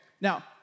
now